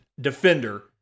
defender